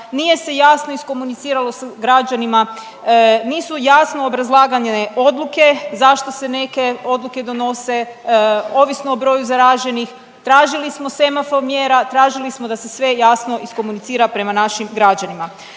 nije se jasno iskomuniciralo sa građanima, nisu jasno obrazlagane odluke zašto se neke odluke donose, ovisno o broju zaraženih, tražili smo semafor mjera, tražili smo da se sve jasno iskomunicira prema našim građanima.